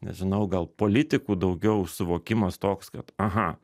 nežinau gal politikų daugiau suvokimas toks kad aha